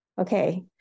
okay